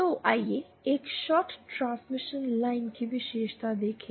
तो आइए एक शॉर्ट ट्रांसमिशन लाइन की विशेषता देखें